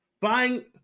Buying